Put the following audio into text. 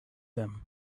them